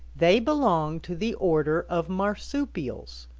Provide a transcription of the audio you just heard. they belong to the order of marsupials,